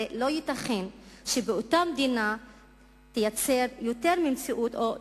הרי לא ייתכן שאותה מדינה תייצר שתי מציאויות שונות